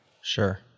Sure